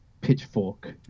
pitchfork